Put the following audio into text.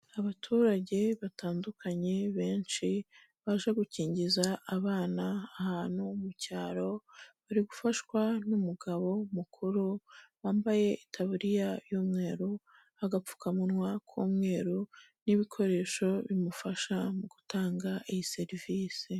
Abaturage batandukanye benshi baje gukingiza abana ahantu mu cyaro, bari gufashwa n'umugabo mukuru wambaye itaburiya y'umweru agapfukamunwa k'umweru n'ibikoresho bimufasha mu gutanga iyi serivisi.